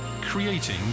Creating